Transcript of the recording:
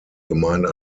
gemeinde